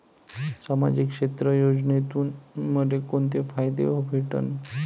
सामाजिक क्षेत्र योजनेतून मले कोंते फायदे भेटन?